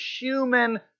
human